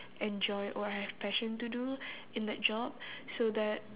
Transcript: enjoy or I have passion to do in that job so that